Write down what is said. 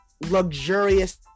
luxurious